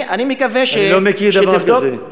אני מקווה שתבדוק, אני לא מכיר דבר כזה.